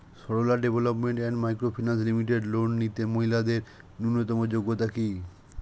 Sarala development and micro finance limited loan নিতে মহিলাদের ন্যূনতম যোগ্যতা কী?